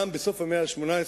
גם בסוף המאה ה-19,